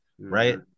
right